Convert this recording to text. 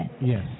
Yes